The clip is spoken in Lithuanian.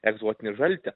egzotinį žaltį